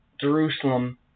Jerusalem